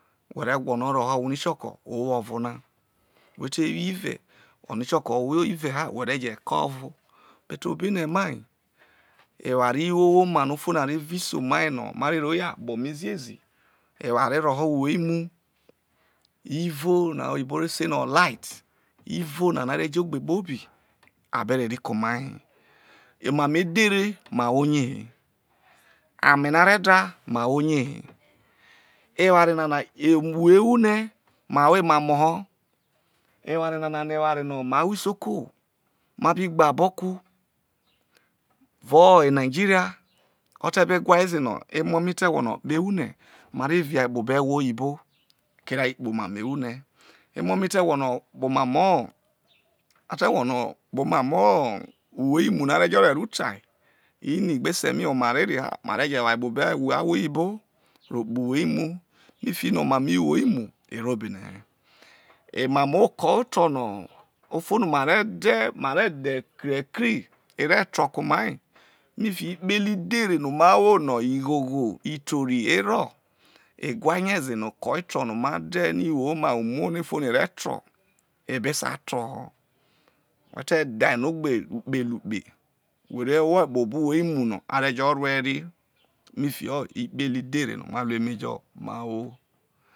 Who re gwolo roho ohwo no u kioko, o wo ovona. Whe te wo ive, ono okioko ogbe wo ive he whe be je kee ovo but obone mal eware wo woha no u fo no are vi se omai no ma re ro you akpo mai ziezi oware woho uwou-imui ivo no oyibore se no lighti ivo na no o re je ogbe kpobi a be re hai ke omai hi yo emamo edhere ma wo riehei ame no a re da ma wo rie he eware nana uwoo erolhre ma wo emam o ho eware nana yo eware no mai ohwo isoko mabi gbeaboku evao nigeria, ote be whae ze no emo mai a te gwolo kpoho ewuhre ma re via kpobo ewho-oyibo kere a kpoho omam o ewuhre emomai te gwolo kpoho omam a te gwolo kpotio omamo uwou imu no a re je rero tau inigbe ese mal oma o hro rai ha ma reje woai kpobo ewho oyibo ro kpoho iwou-imu fiki no emamo uwou imu e ro obone hei emamo oko oro no ufo no ma re de ma re dhe krekri e re to ke omai, fiki ikpehre idhere no ma wo no ighogho, itori e rro, e wha ne ze no eko oto no ma de no i woma wu umuo no u fo no e re to e be sai to ho, who te dhae no ogbe nukpete ukpe who re whe kpobo uwou imu no are rue erie fiki ikpehre idhere no ma ru emejo ma wo.